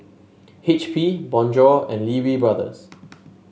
H P Bonjour and Lee Wee Brothers